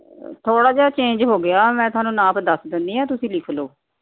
ਥੋੜ੍ਹਾ ਜਿਹਾ ਚੇਂਜ ਹੋ ਗਿਆ ਮੈਂ ਤੁਹਾਨੂੰ ਨਾਪ ਦੱਸ ਦਿੰਦੀ ਹਾਂ ਤੁਸੀਂ ਲਿੱਖ ਲਿਓ